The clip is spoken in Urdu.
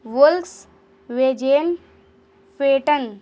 ولس ویجین فیٹن